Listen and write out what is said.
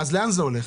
אז לאן זה הולך?